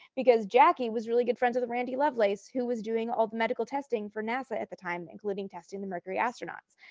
because jackie was really good friends of the randy lovelace, who was doing all the medical testing for nasa at the time, including testing the mercury astronauts.